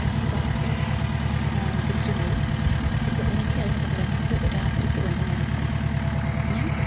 അങ്ങനെ പാഴ്സല് തിരിച്ചുപോയി ഇപ്പോള് എനിക്കതിന് പകരമായിട്ട് രാത്രിക്ക് ഒന്നും വേണ്ട ഞാൻ